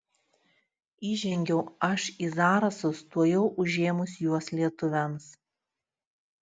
įžengiau aš į zarasus tuojau užėmus juos lietuviams